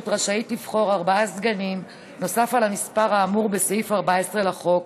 רשאית לבחור ארבעה סגנים נוסף על המספר האמור בסעיף 14 לחוק,